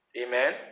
Amen